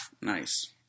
Nice